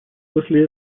после